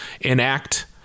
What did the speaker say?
enact